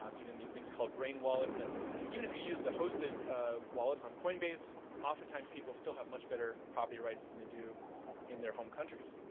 um even these things called brain wallets, and even if you use the hosted ah wallets on coinbase, oftentimes people still have much better property rights than they do in their home countries.